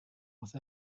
with